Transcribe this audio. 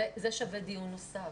זה שווה דיון נוסף.